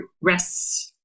rest